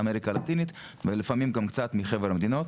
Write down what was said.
אמריקה הלטינית ולפעמים גם קצת מחבר המדינות,